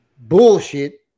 bullshit